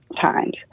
times